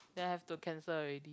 then have to cancel already